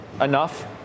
enough